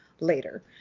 later